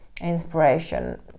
inspiration